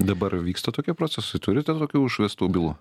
dabar vyksta tokie procesai turite tokių užvestų bylų